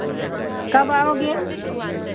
कब आओगे